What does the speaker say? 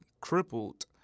crippled